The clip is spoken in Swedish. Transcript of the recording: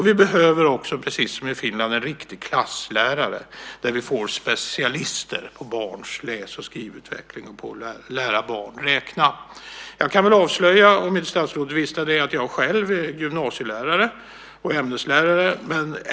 Vi behöver också, precis som man har i Finland, en riktig klasslärare, så att vi får lärare som är specialister på barns läs och skrivutveckling och på att lära barn räkna. Jag kan väl avslöja, om inte statsrådet visste det, att jag själv är gymnasielärare och ämneslärare.